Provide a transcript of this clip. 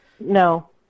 No